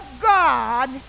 God